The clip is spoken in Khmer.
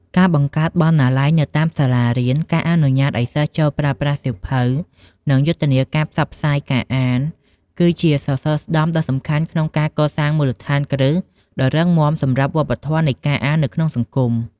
ការបង្កើតបណ្ណាល័យនៅតាមសាលារៀន ការអនុញ្ញាតឱ្យសិស្សចូលប្រើប្រាស់សៀវភៅ និងយុទ្ធនាការផ្សព្វផ្សាយការអាន គឺជាសសរស្តម្ភដ៏សំខាន់ក្នុងការកសាងមូលដ្ឋានគ្រឹះដ៏រឹងមាំសម្រាប់វប្បធម៌នៃការអាននៅក្នុងសង្គម។